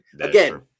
again